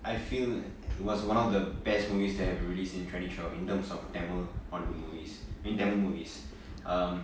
I feel it was one of the best movies that have released in twenty twelve in terms of tamil content movies on in tamil movies uh